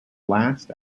last